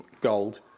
gold